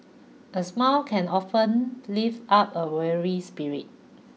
a smile can often lift up a weary spirit